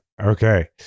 Okay